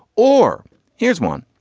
or here's one.